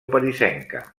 parisenca